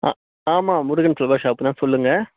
அ ஆமாம் Murugan flower shop தான் சொல்லுங்க